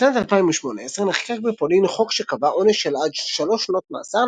בשנת 2018 נחקק בפולין חוק שקבע עונש של עד שלוש שנות מאסר,